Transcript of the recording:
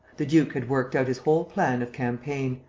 the duke had worked out his whole plan of campaign,